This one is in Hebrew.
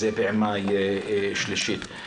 זה פעימה שלישית.